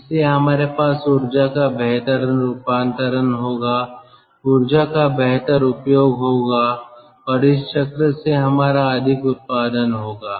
इसलिए हमारे पास ऊर्जा का बेहतर रूपांतरण होगा ऊर्जा का बेहतर उपयोग होगा और इस चक्र से हमारा अधिक उत्पादन होगा